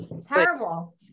terrible